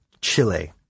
Chile